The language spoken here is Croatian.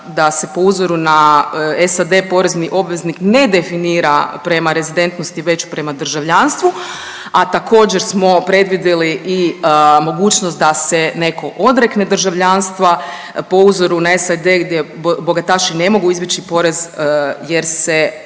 da se po uzoru na SAD porezni obveznik ne definira prema rezidentnosti već prema državljanstvu, a također smo predvidjeli i mogućnost da se netko odrekne državljanstva po uzoru na SAD gdje bogataši ne mogu izbjeći porez jer se